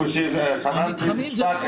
חברת הכנסת שפק,